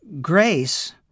grace